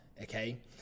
okay